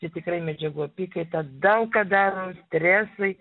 tai tikrai medžiagų apykaita daug ką daro stresai